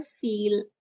feel